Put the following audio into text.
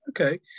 Okay